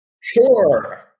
Sure